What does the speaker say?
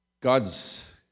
God's